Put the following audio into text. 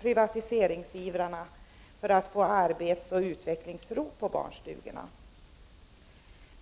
privatiseringsivrarna för att få arbetsoch utvecklingsro på barnstugorna?